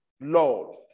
Lord